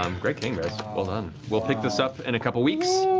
um great game, guys. well done. we'll pick this up in a couple weeks.